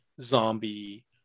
zombie